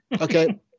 Okay